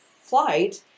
flight